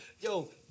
yo